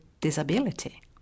Disability